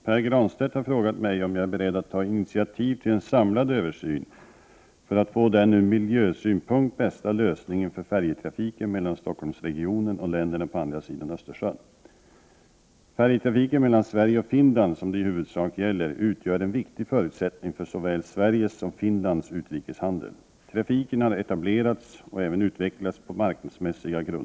Färjetrafiken mellan Stockholmsregionen och länderna på andra sidan Östersjön växer, och kan förväntas få en fortsatt kraftig tillväxt. Av miljöskäl är det önskvärt att samla trafiken till Kapellskär utanför Norrtälje och eventuellt till Nynäshamn.